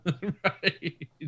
Right